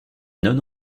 non